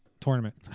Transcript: tournament